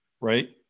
right